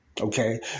Okay